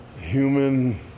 human